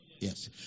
Yes